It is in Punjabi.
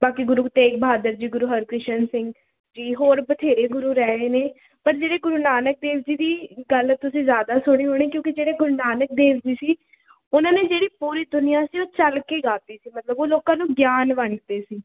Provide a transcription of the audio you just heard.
ਬਾਕੀ ਗੁਰੂ ਤੇਗ ਬਹਾਦਰ ਜੀ ਗੁਰੂ ਹਰਕ੍ਰਿਸ਼ਨ ਸਿੰਘ ਜੀ ਹੋਰ ਬਥੇਰੇ ਗੁਰੂ ਰਹੇ ਨੇ ਪਰ ਜਿਹੜੇ ਗੁਰੂ ਨਾਨਕ ਦੇਵ ਜੀ ਦੀ ਗੱਲ ਤੁਸੀਂ ਜ਼ਿਆਦਾ ਸੁਣੀ ਹੋਣੀ ਕਿਉਂਕਿ ਜਿਹੜੇ ਗੁਰੂ ਨਾਨਕ ਦੇਵ ਜੀ ਸੀ ਉਹਨਾਂ ਨੇ ਜਿਹੜੀ ਪੂਰੀ ਦੁਨੀਆ ਸੀ ਉਹ ਚੱਲ ਕੇ ਗਾਹ ਤੀ ਸੀ ਮਤਲਬ ਉਹ ਲੋਕਾਂ ਨੂੰ ਗਿਆਨ ਵੰਡਦੇ ਸੀ